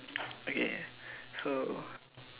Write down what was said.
okay so